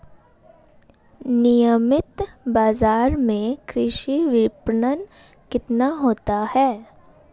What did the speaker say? नियमित बाज़ार में कृषि विपणन कितना होता है?